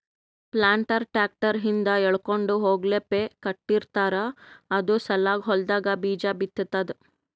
planter tractor ಹಿಂದ್ ಎಳ್ಕೊಂಡ್ ಹೋಗಪ್ಲೆ ಕಟ್ಟಿರ್ತಾರ್ ಅದು ಸಾಲಾಗ್ ಹೊಲ್ದಾಗ್ ಬೀಜಾ ಬಿತ್ತದ್